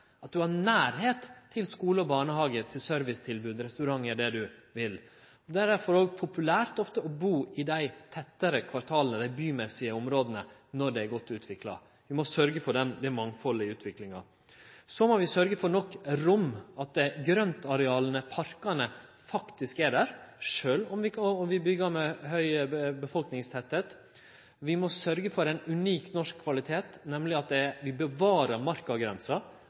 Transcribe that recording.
har nærleik til skule, barnehage, servicetilbod, restaurantar og det ein vil. Derfor er det ofte populært å bu i dei tettare kvartala i dei bymessige områda når dei er godt utvikla. Vi må sørgje for det mangfaldet i utviklinga. Så må vi sørgje for nok rom, at grøntareala og parkane faktisk er der sjølv om vi byggjer med høg befolkningstettleik. Vi må sørgje for ein unik norsk kvalitet, nemleg at vi bevarer markagrensa.